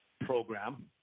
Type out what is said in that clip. program